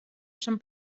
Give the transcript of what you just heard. són